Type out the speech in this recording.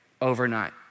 overnight